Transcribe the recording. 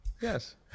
Yes